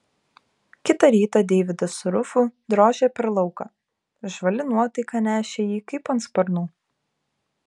kitą rytą deividas su rufu drožė per lauką žvali nuotaika nešė jį kaip ant sparnų